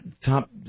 top